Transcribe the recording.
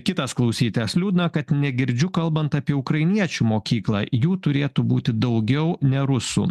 kitas klausytojas liūdna kad negirdžiu kalbant apie ukrainiečių mokyklą jų turėtų būti daugiau ne rusų